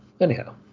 Anyhow